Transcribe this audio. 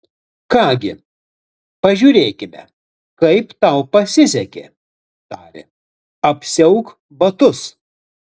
ką gi pažiūrėkime kaip tau pasisekė tarė apsiauk batus